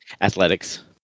Athletics